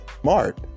smart